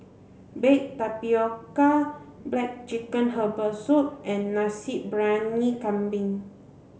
baked tapioca black chicken herbal soup and Nasi Briyani Kambing